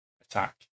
attack